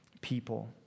people